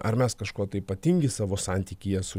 ar mes kažkuo tai ypatingi savo santykyje su